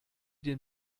den